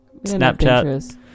Snapchat